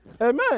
Amen